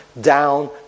down